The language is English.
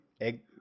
egg